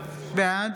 בעד